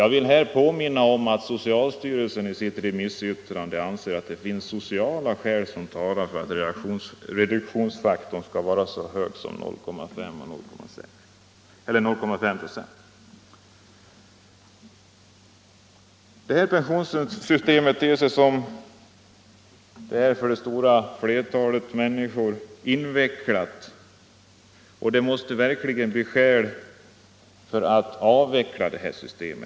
Jag vill här påminna om att socialstyrelsen i sitt remissyttrande ansett att sociala skäl talar för att reduktionsfaktorh skall vara så hög som 0,5 96. Pensionssystemet ter sig för det stora flertalet människor invecklat, och det finns verkligen skäl för att avveckla det.